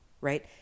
right